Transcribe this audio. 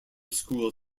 school